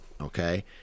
Okay